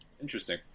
Interesting